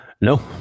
No